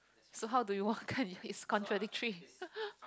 so how do you why can't it's contradictory